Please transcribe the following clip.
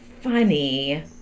funny